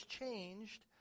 changed